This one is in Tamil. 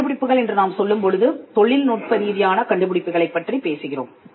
கண்டுபிடிப்புகள் என்று நாம் சொல்லும்போது தொழில்நுட்ப ரீதியான கண்டுபிடிப்புகளைப் பற்றிப் பேசுகிறோம்